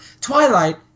Twilight